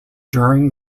during